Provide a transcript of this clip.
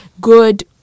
good